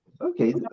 okay